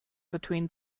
between